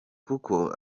kuko